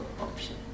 option